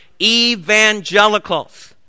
evangelicals